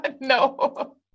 no